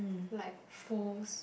like full